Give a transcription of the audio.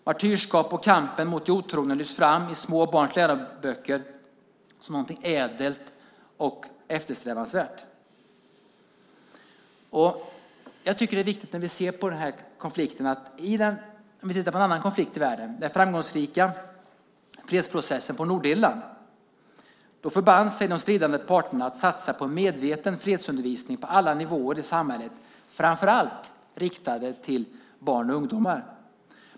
Martyrskap och kampen mot de otrogna lyfts fram i små barns läroböcker som något ädelt och eftersträvansvärt. Det är viktigt när vi ser på denna konflikt att se på en annan konflikt i världen, nämligen den framgångsrika fredsprocessen på Nordirland. Då förband sig de stridande parterna att satsa på medveten fredsundervisning på alla nivåer i samhället, framför allt riktad till barn och ungdomar.